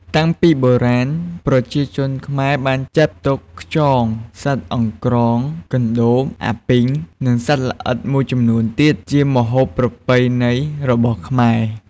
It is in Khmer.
តាំងពីបុរាណប្រជាជនខ្មែរបានចាត់ទុកខ្យង សត្វអង្រ្កង កន្តូប អាពីង និងសត្វល្អិតមួយចំនួនទៀតជាម្ហូបប្រពៃណីរបស់ខ្មែរ។